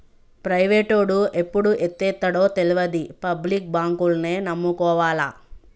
ప్రైవేటోడు ఎప్పుడు ఎత్తేత్తడో తెల్వది, పబ్లిక్ బాంకుల్నే నమ్ముకోవాల